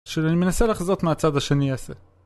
שאני מנסה לחזות מהצד השני הזה